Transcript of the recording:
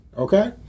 Okay